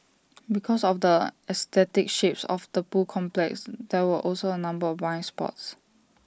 because of the aesthetic shapes of the pool complex there were also A number of blind spots